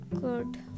good